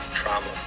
trauma